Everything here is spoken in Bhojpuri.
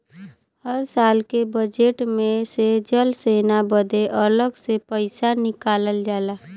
हर साल के बजेट मे से जल सेना बदे अलग से पइसा निकालल जाला